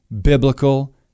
biblical